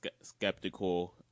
skeptical